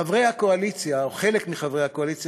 חברי הקואליציה או חלק מחברי הקואליציה